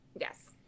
Yes